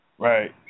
Right